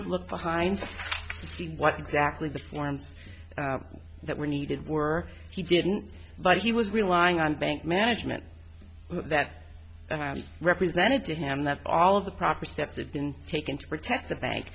have looked behind what exactly the forms that were needed were he didn't but he was relying on bank management that represented to him that all of the proper steps have been taken to protect the bank